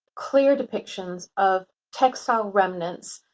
clear depictions of textile remnants,